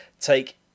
take